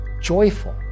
joyful